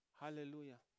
Hallelujah